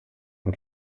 ein